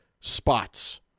spots